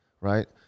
right